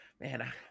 Man